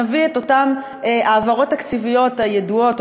נביא את אותן ההעברות התקציביות הידועות,